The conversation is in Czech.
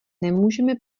nemůžeme